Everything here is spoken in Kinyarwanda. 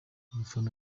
abafana